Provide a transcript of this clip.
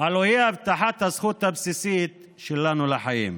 הלוא הוא הבטחת הזכות הבסיסית שלנו לחיים.